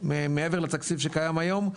מעבר לתקציב שקיים היום.